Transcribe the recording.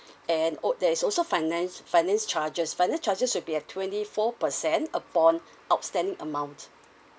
and oh there's also finance finance charges finance charges will be at twenty four percent upon outstanding amount